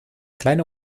kleine